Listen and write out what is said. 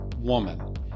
woman